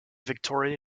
victoria